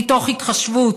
מתוך התחשבות.